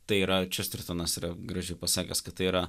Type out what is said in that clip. tai yra čestertonas yra gražiai pasakęs kad tai yra